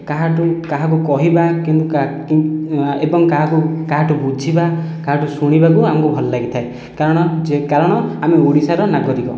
କାହାଠୁ କାହାକୁ କହିବା ଏବଂ କାହାକୁ କାହାଠୁ ବୁଝିବା କାହାଠୁ ଶୁଣିବାକୁ ଆମକୁ ଭଲ ଲାଗିଥାଏ କାରଣ ଯେ କାରଣ ଆମେ ଓଡ଼ିଶାର ନାଗରିକ